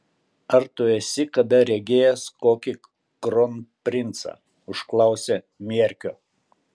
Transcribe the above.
ar tu esi kada regėjęs kokį kronprincą užklausė mierkio